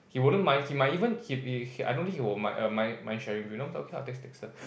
he wouldn't mind he might even he he I don't think he will mind mind sharing with you okay I can text Dexter